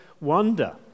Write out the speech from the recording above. wonder